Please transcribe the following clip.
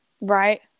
Right